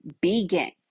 begin